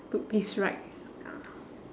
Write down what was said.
took this ride